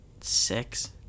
six